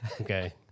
okay